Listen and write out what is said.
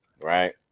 right